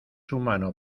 humano